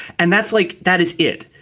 and that's like that is it.